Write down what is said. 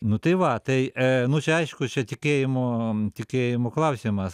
nu tai va tai nu čia aišku čia tikėjimo tikėjimo klausimas